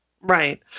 Right